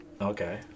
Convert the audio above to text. Okay